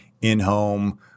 in-home